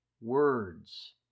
words